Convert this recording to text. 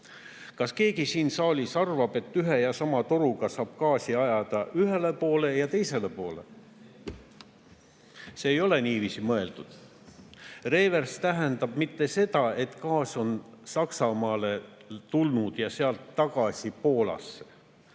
Kas keegi siin saalis arvab, et ühe ja sama toruga saab gaasi ajada ühele poole ja teisele poole? See ei ole niiviisi mõeldud. Revers ei tähenda mitte seda, et gaas on Saksamaale tulnud ja sealt tagasi Poolasse